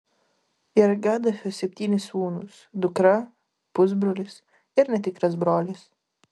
ir gadafio septyni sūnūs dukra pusbrolis ir netikras brolis